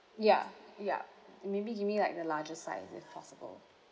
ya ya maybe give me like the largest size if possible